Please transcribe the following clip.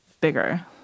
bigger